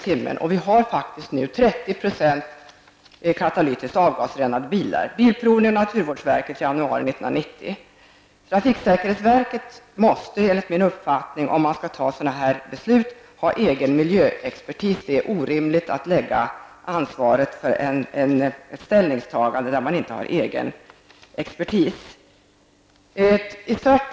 Vi har faktiskt nu Om man skall fatta sådana beslut måste trafiksäkerhetsverket ha egen miljöexpertis. Det är annars orimligt att ta ansvaret för ett ställningstagande.